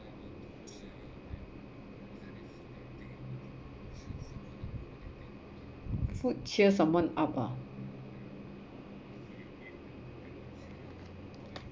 food cheer someone up ah